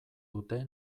dute